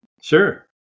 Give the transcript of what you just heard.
Sure